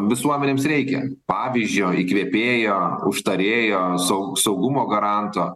visuomenėms reikia pavyzdžio įkvėpėjo užtarėjo sau saugumo garanto